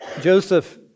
Joseph